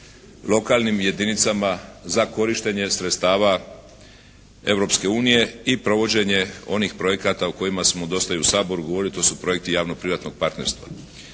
lokalnim jedinicama za korištenje sredstava Europske unije i provođenje onih projekata u kojima smo dosta i u Saboru govorili, to su projekti javno-privatnog partnerstva.